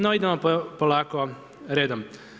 No idemo polako redom.